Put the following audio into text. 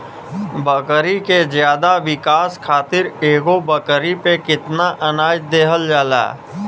बकरी के ज्यादा विकास खातिर एगो बकरी पे कितना अनाज देहल जाला?